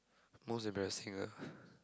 most embarrassing ah